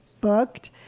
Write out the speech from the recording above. booked